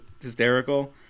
hysterical